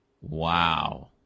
Wow